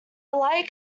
light